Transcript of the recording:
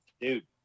dude